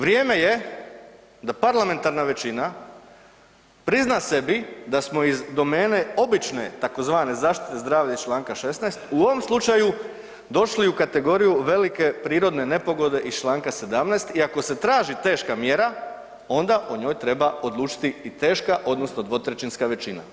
Vrijeme je da parlamentarna većina prizna sebi da smo iz domene obične tzv. zaštite zdravlja iz Članka 16. u ovom slučaju došli u kategoriju velike prirodne nepogode iz Članka 17. i ako se traži teška mjera onda o njoj treba odlučiti i teška odnosno 2/3 većina.